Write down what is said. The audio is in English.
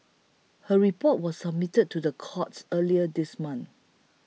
her report was submitted to the courts earlier this month